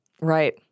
Right